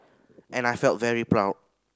and I felt very proud